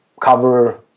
cover